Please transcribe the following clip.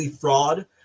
fraud